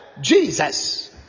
Jesus